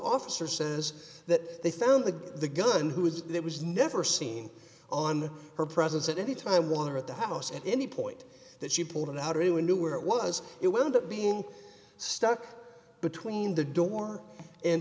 officer says that they found the the gun who was there was never seen on her presence at any time water at the house at any point that she pulled it out or anyone knew where it was it will end up being stuck between the door and